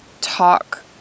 talk